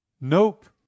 Nope